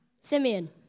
Simeon